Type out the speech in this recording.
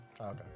okay